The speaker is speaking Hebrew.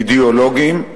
אידיאולוגיים.